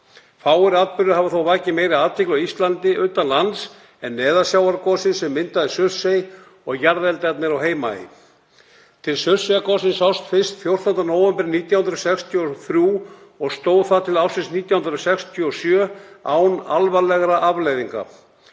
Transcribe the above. Fáir atburðir hafa þó vakið meiri athygli á Íslandi utan lands en neðansjávargosið sem myndaði Surtsey og jarðeldarnir á Heimaey. Til Surtseyjargossins sást fyrst 14. nóvember 1963 og stóð það til ársins 1967, án alvarlegra afleiðinga.